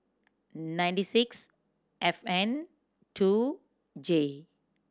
ninety six F N two J